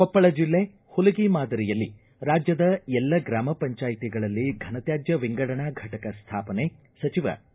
ಕೊಪ್ಪಳ ಜಿಲ್ಲೆ ಹುಲಗಿ ಮಾದರಿಯಲ್ಲಿ ರಾಜ್ಯದ ಎಲ್ಲ ಗ್ರಾಮ ಪಂಚಾಯ್ತಿಗಳಲ್ಲಿ ಫನ ತ್ಕಾಜ್ಯ ವಿಂಗಡಣಾ ಫಟಕ ಸ್ಥಾಪನೆ ಸಚಿವ ಕೆ